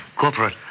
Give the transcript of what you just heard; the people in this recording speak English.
corporate